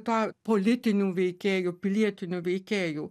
tą politinių veikėjų pilietinių veikėjų